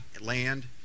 land